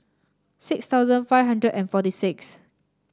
six thousand five hundred and forty six